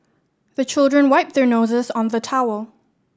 the children wipe their noses on the towel